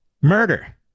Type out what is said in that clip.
Murder